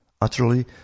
Utterly